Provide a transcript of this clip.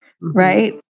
right